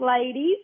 ladies